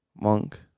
Monk